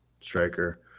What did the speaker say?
striker